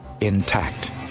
intact